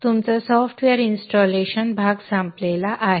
तुमचा software installation भाग संपला आहे